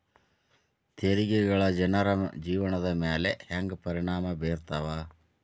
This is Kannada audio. ತೆರಿಗೆಗಳ ಜನರ ಜೇವನದ ಮ್ಯಾಲೆ ಹೆಂಗ ಪರಿಣಾಮ ಬೇರ್ತವ